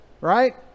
right